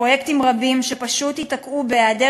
פרויקטים רבים שפשוט ייתקעו בהיעדר